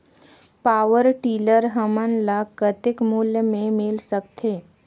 Power tiller हमन ल कतेक मूल्य मे मिल सकथे?